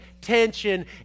tension